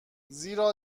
زیرا